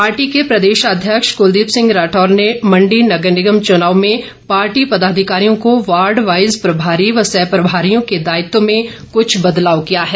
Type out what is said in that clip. party के प्रदेशाध्यक्ष कलदीप सिंह राठौर ने मंडी नगर निगम चनाव में पार्टी पदाधिकारियों को वार्ड वाईज प्रभारी व सह प्रभारियों के दायित्वों में कुछ बदलाव किया है